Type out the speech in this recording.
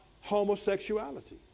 homosexuality